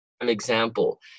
example